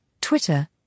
Twitter